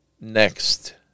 Next